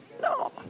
No